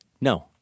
No